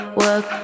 work